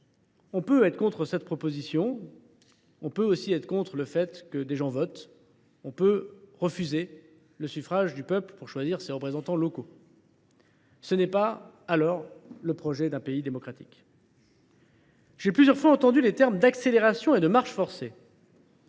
On peut être contre cette proposition ; on peut aussi être contre le fait que des gens votent, refuser le suffrage du peuple pour choisir ses représentants locaux, mais alors ce n’est pas le projet d’un pays démocratique. J’ai plusieurs fois entendu les termes d’« accélération » et de « marche forcée